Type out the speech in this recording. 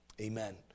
Amen